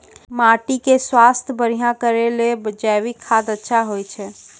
माटी के स्वास्थ्य बढ़िया करै ले जैविक खाद अच्छा होय छै?